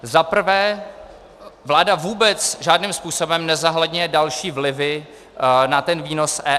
Za prvé vláda vůbec žádným způsobem nezohledňuje další vlivy na výnos EET.